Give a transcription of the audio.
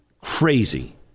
crazy